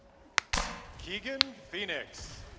keegan feenix